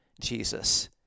Jesus